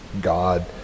God